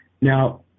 Now